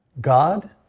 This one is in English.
God